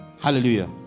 hallelujah